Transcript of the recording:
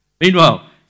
Meanwhile